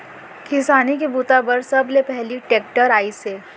किसानी के बूता बर सबले पहिली टेक्टर आइस हे